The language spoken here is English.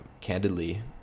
candidly